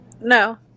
No